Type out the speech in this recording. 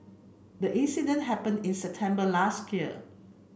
the incident happened in September last year